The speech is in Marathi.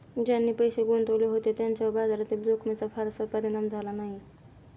ज्यांनी पैसे गुंतवले होते त्यांच्यावर बाजारातील जोखमीचा फारसा परिणाम झाला नाही